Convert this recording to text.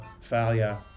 failure